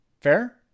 Fair